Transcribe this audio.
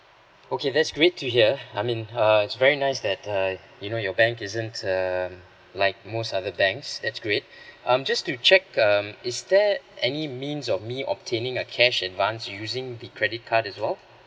okay that's great to hear I mean uh it's very nice that uh you know your bank isn't err like most other banks that's great um just to check um is there any means of me obtaining a cash advance using the credit card as well